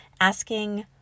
Asking